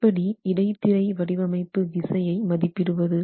எப்படி இடைத்திரை வடிவமைப்பு விசையை மதிப்பிடுவது